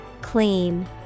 Clean